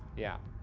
yeah.